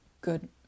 good